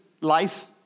life